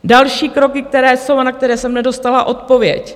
Další kroky, které jsou a na které jsem nedostala odpověď.